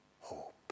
hope